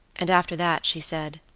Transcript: and after that she said,